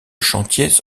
chantier